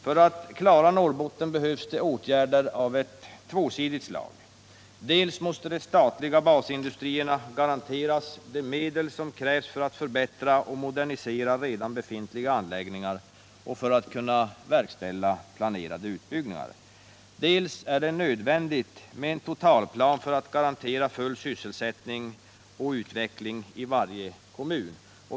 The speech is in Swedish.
För att lösa Norrbottensproblemen behövs åtgärder av dubbelsidigt slag: dels måste de statliga basindustrierna garanteras de medel som krävs för att förbättra och modernisera redan befintliga anläggningar och verkställa planerade nybyggnader, dels är det nödvändigt med en totalplan för att garantera full sysselsättning och utveckling i varje kommun.